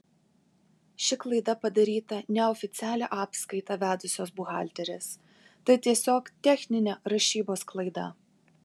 ši klaida padaryta neoficialią apskaitą vedusios buhalterės tai tiesiog techninė rašybos klaida